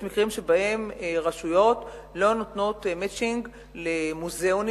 יש מקרים שבהם רשויות לא נותנות "מצ'ינג" למוזיאונים,